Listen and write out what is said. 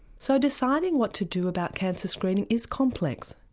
so deciding what to do about cancer screening is complex.